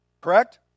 Correct